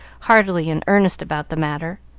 heartily in earnest about the matter.